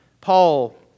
Paul